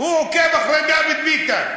הוא עוקב אחרי דוד ביטן,